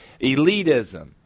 Elitism